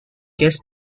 guess